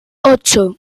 ocho